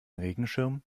regenschirm